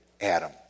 Adam